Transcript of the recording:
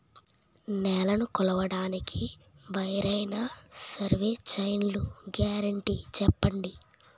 నేలనీ కొలవడానికి వేరైన సర్వే చైన్లు గ్యారంటీ చెప్పండి?